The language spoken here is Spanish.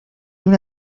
una